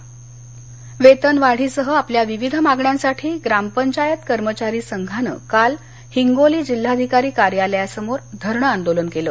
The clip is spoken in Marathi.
ग्रामसेवक आंदोलन हिंगोली वेतनवाढीसह आपल्या विविध मागण्यांसाठी ग्रामपंचायत कर्मचारी संघानं काल हिंगोली जिल्हाधिकारी कार्यालयासमोर धरणं आंदोलन केलं